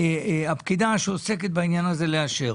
הפקידה שעוסקת בעניין הזה יכולה לאשר.